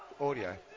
audio